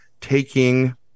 taking